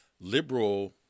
liberal